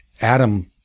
Adam